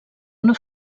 una